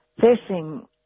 facing